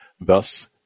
Thus